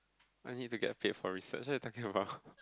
I need to get paid for research what you talking about